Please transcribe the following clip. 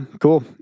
cool